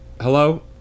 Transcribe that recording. Hello